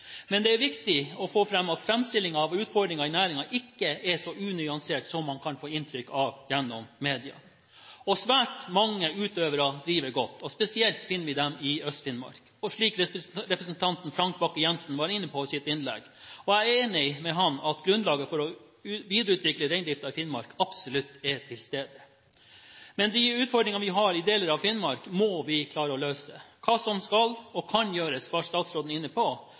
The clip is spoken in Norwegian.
Men det er viktig å få fram at framstillingen av utfordringene i næringen ikke er så unyansert som en kan få inntrykk av gjennom media. Svært mange utøvere driver godt, og spesielt finner vi disse i Øst-Finnmark, slik representanten Frank Bakke-Jensen var inne på i sitt innlegg. Jeg er enig med ham i at grunnlaget for å videreutvikle reindriften i Finnmark absolutt er til stede. Men de utfordringene vi har i deler av Finnmark, må vi klare å løse. Hva som skal og kan gjøres, var statsråden inne på.